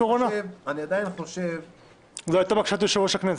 זו הייתה בקשת יושב-ראש הכנסת